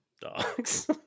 dogs